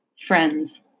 friends